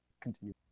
continue